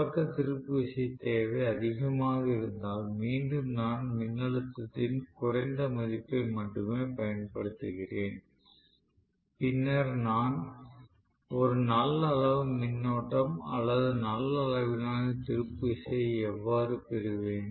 தொடக்க திருப்பு விசை தேவை அதிகமாக இருந்தால் மீண்டும் நான் மின்னழுத்தத்தின் குறைந்த மதிப்பை மட்டுமே பயன்படுத்துகிறேன் பின்னர் நான் ஒரு நல்ல அளவு மின்னோட்டம் அல்லது நல்ல அளவிலான திருப்பு விசையை எவ்வாறு பெறுவேன்